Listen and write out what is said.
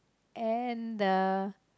and the